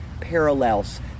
parallels